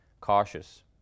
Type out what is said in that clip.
cautious